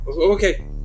Okay